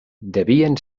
devien